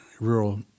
rural